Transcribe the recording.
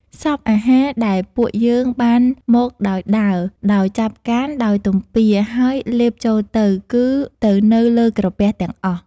សព្វអាហារ ដែលពួកយើងបានមកដោយដើរដោយចាប់កាន់ ដោយទំពា ហើយលេបចូលទៅ គឺទៅនៅលើក្រពះទាំងអស់។